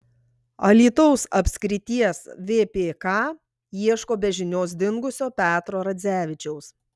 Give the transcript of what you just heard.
alytaus apskrities vpk ieško be žinios dingusio petro radzevičiaus